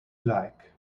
like